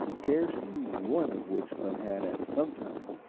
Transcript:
scarcely one of which but had, at some time,